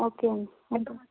okay అండి